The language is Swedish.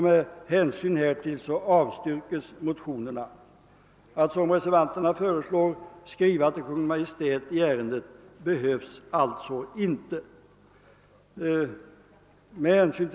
Med hänsyn härtill avstyrks motionerna. Att skriva till Kungl. Maj:t i ärendet, som reservanterna föreslår, behövs alltså inte.